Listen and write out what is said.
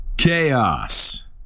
Chaos